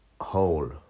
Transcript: whole